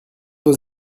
vos